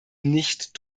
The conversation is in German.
nicht